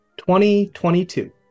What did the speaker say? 2022